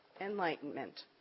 enlightenment